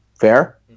Fair